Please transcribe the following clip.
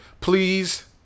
please